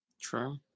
true